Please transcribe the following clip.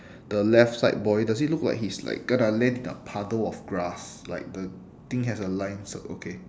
the left side boy does it look like he's like gonna land in a puddle of grass like the thing has a line so okay